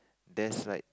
there's like